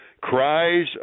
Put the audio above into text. cries